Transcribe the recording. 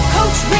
Coach